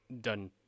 done